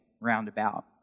roundabout